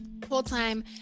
full-time